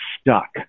stuck